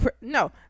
no